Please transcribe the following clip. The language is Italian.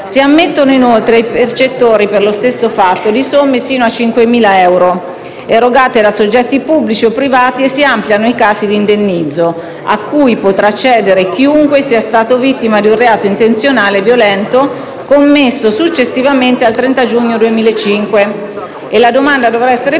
si ammettono, inoltre, i percettori, per lo stesso fatto, di somme, sino a 5.000 euro, erogate da soggetti pubblici o privati e si ampliano i casi di indennizzo, a cui potrà accedere chiunque sia stato vittima di un reato intenzionale violento commesso successivamente al 30 giugno 2005, e la domanda dovrà essere proposta